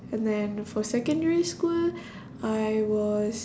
and then for secondary school I was